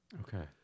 Okay